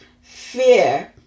fear